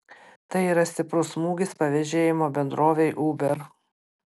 tai yra stiprus smūgis pavėžėjimo bendrovei uber